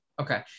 Okay